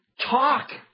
talk